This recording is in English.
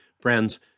Friends